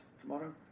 tomorrow